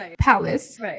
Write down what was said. palace